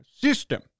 system